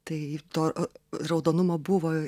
tai to raudonumo buvo